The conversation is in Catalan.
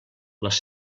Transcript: les